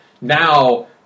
now